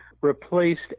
replaced